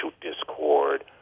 discord